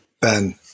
Ben